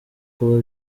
kuba